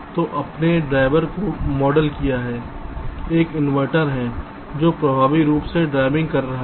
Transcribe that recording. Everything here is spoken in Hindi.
तो आपने ड्राइवर को मॉडल किया है एक इन्वर्टर है जो प्रभावी रूप से ड्राइविंग कर रहा है